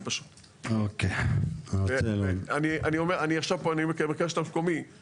פעם ברבעון אנחנו מכנסים את צוות היישום של הסעיף